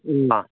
ꯎꯝ ꯑꯥ